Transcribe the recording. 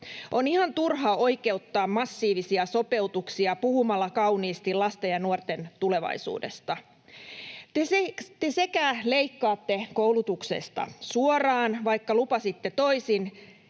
On ihan turha oikeuttaa massiivisia sopeutuksia puhumalla kauniisti lasten ja nuorten tulevaisuudesta. Te leikkaatte koulutuksesta suoraan, vaikka lupasitte toisin,